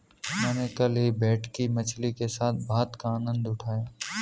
मैंने कल ही भेटकी मछली के साथ भात का आनंद उठाया